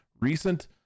recent